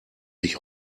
sich